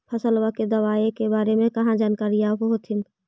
फसलबा के दबायें के बारे मे कहा जानकारीया आब होतीन?